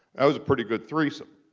that was a pretty good threesome.